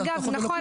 אגב, נכון.